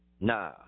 Nah